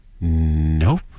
Nope